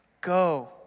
Go